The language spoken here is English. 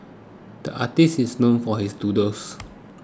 the artist is known for his doodles